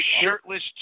Shirtless